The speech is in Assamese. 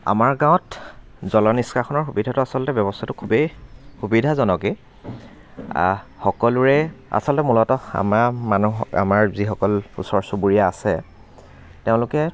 আমাৰ গাঁৱত জল নিষ্কাশনৰ সুবিধাটো আচলতে ব্যৱস্থাটো খুবেই সুবিধাজনকেই সকলোৰে আচলতে মূলত আমাৰ মানুহৰ আমাৰ যিসকল ওচৰ চুবুৰীয়া আছে তেওঁলোকে